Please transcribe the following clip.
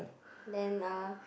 then uh